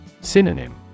Synonym